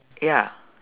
ya